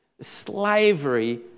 slavery